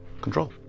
control